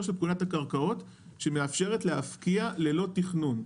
של פקודת הקרקעות שמאפשרת להפקיע ללא תכנון.